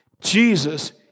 Jesus